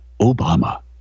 Obama